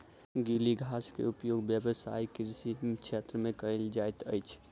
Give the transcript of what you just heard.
गीली घास के उपयोग व्यावसायिक कृषि क्षेत्र में कयल जाइत अछि